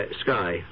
Sky